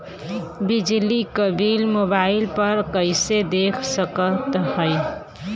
बिजली क bill mobile पर कईसे देख सकत हई?